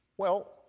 well,